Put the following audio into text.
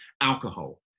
Alcohol